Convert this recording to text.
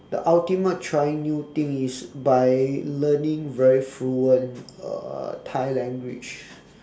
the ultimate trying new thing is by learning very fluent uh thai language